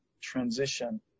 transition